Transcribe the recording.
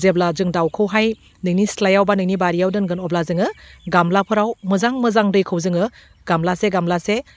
जेब्ला जों दाउखौहाय नोंनि सिथ्लायाव बा नोंनि बारियाव दोनगोन अब्ला जोङो गामलाफोराव मोजां मोजां दैखो जोङो गामलासे गामलासे